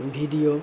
video